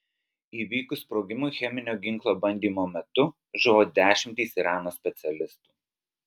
įvykus sprogimui cheminio ginklo bandymo metu žuvo dešimtys irano specialistų